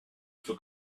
for